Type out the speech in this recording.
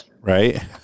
right